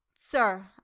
Sir